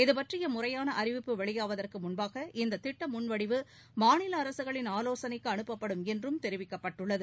இதுபற்றிய முறையான அறிவிப்பு வெளியாவதற்கு முன்பாக இந்த திட்ட முன்வடிவு மாநில அரசுகளின் ஆவோசனைக்கு அனுப்பப்படும் என்றும் தெரிவிக்கப்பட்டுள்ளது